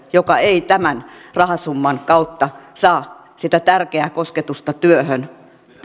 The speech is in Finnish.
joka ei tämän rahasumman kautta saa sitä tärkeää kosketusta työhön